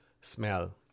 smell